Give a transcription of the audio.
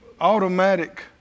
automatic